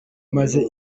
maze